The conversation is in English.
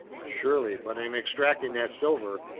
surely, but in extracting that silver,